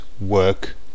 work